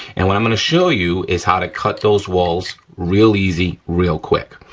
and what i'm gonna show you is how to cut those walls real easy, real quick.